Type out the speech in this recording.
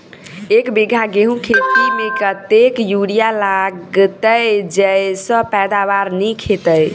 एक बीघा गेंहूँ खेती मे कतेक यूरिया लागतै जयसँ पैदावार नीक हेतइ?